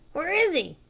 where is he?